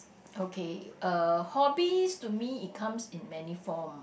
okay uh hobbies to me it comes in many form